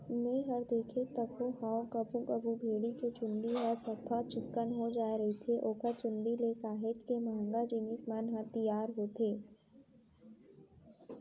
मैंहर देखें तको हंव कभू कभू भेड़ी के चंूदी ह सफ्फा चिक्कन हो जाय रहिथे ओखर चुंदी ले काहेच के महंगा जिनिस मन ह तियार होथे